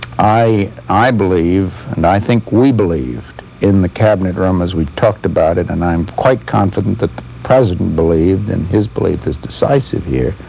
i i believe, and i think we believed in the cabinet room as we talked about it and i'm quite confident that the president believed and his belief is decisive here